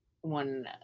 one